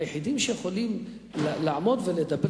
היחידים שיכולים לעמוד ולדבר,